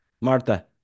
Marta